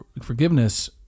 forgiveness